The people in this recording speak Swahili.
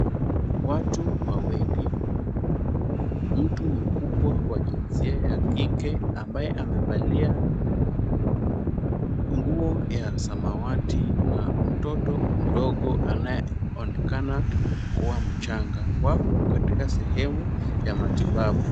Wagu wawili mtu mkubwa wa jinsia ya kike ambaye amevalia nguo ya samawati na mtoto mdogo anayeonekana kuwa mchanga wako katika sehemu ya matibabu.